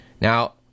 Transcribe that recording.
Now